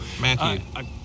Matthew